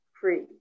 Free